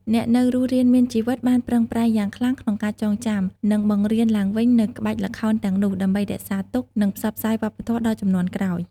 អ្នកនៅរស់រានមានជីវិតបានប្រឹងប្រែងយ៉ាងខ្លាំងក្នុងការចងចាំ និងបង្រៀនឡើងវិញនូវក្បាច់ល្ខោនទាំងនោះ ដើម្បីរក្សាទុក និងផ្សព្វផ្សាយវប្បធម៌ដល់ជំនាន់ក្រោយ។